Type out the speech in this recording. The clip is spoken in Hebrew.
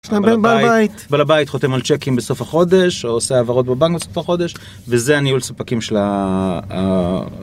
בעל הבית. -בעל הבית חותם על צ'קים בסוף החודש, או עושה העברות בבנק בסוף החודש, וזה הניהול ספקים של ה...